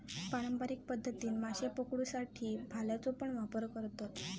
पारंपारिक पध्दतीन माशे पकडुसाठी भाल्याचो पण वापर करतत